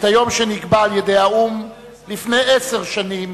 את היום שנקבע על-ידי האו"ם לפני עשר שנים